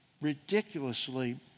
ridiculously